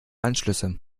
anschlüsse